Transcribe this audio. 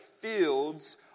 fields